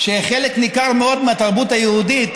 שחלק ניכר מאוד מהתרבות היהודית,